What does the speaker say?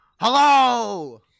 hello